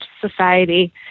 society